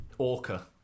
Orca